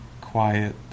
quiet